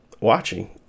watching